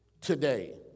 today